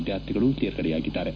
ವಿದ್ಯಾರ್ಥಿಗಳು ತೇರ್ಗಡೆಯಾಗಿದ್ದಾರೆ